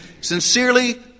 Sincerely